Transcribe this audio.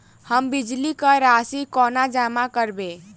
हम बिजली कऽ राशि कोना जमा करबै?